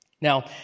Now